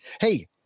Hey